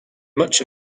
much